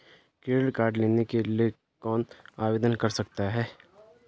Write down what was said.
Credit card लेने के लिए कौन आवेदन कर सकता है?